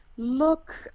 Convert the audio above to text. look